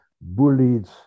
bullied